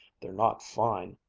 they're not fine,